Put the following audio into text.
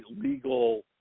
legal